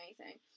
amazing